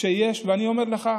אני אומר לך,